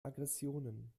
aggressionen